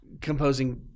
composing